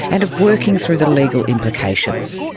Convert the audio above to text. and of working through the legal implications.